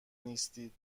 نیستید